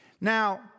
Now